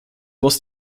was